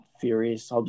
Furious